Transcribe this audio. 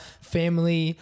family